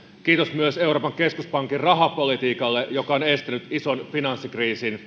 kiitos myös euroopan keskuspankin rahapolitiikalle joka on estänyt ison finanssikriisin